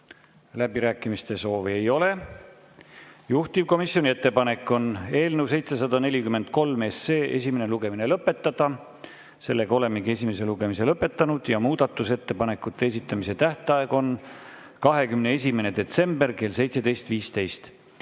Läbirääkimiste soovi ei ole. Juhtivkomisjoni ettepanek on eelnõu 743 esimene lugemine lõpetada. Olemegi esimese lugemise lõpetanud ja muudatusettepanekute esitamise tähtaeg on 21. detsember kell 17.15.Head